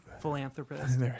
philanthropist